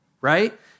right